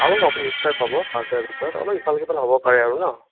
পাব পাব নিশ্চয় পাব পাঁচ হাজাৰৰ ভিতৰত অলপ ইফাল সিফাল হ'ব পাৰে আৰু ন